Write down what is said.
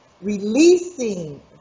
releasing